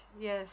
yes